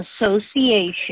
Association